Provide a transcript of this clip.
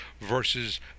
versus